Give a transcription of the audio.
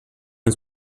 els